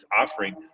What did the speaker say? offering